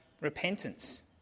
repentance